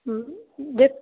ਦੇ